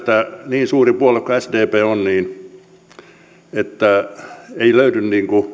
niin suuri puolue kuin sdp on niin ei löydy